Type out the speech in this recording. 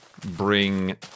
bring